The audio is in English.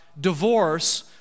divorce